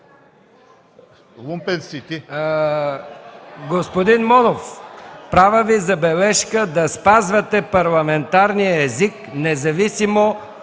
Лумпен си ти.